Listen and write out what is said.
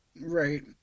Right